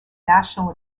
national